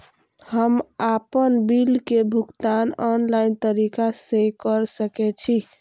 हम आपन बिल के भुगतान ऑनलाइन तरीका से कर सके छी?